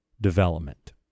development